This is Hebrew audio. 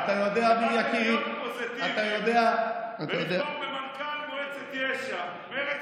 פוזיטיבי ולתמוך במנכ"ל מועצת יש"ע.